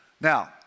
Now